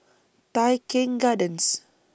Tai Keng Gardens